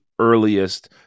earliest